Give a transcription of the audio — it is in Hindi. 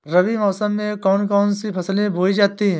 रबी मौसम में कौन कौन सी फसलें बोई जाती हैं?